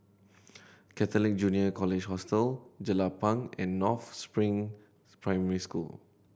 Catholic Junior College Hostel Jelapang and North Spring Primary School